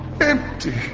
empty